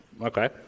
Okay